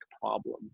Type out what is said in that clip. problem